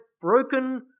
broken